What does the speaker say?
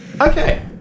Okay